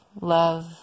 love